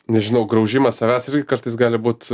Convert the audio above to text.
nežinau graužimas savęs irgi kartais gali būt